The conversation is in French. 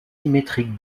symétriques